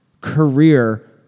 career